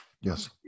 Yes